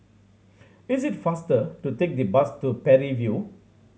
it is faster to take the bus to Parry View